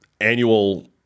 annual